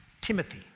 Timothy